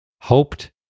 hoped